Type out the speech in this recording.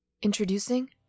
Introducing